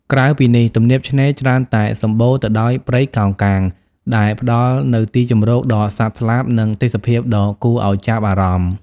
ក្រៅពីនេះ ទំនាបឆ្នេរច្រើនតែសំបូរទៅដោយព្រៃកោងកាង ដែលផ្តល់នៅទីជម្រកដល់សត្វស្លាប និងទេសភាពដ៏គួរឲ្យចាប់អារម្មណ៏។